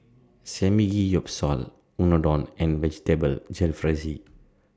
Samgeyopsal Unadon and Vegetable Jalfrezi